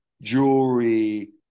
Jewelry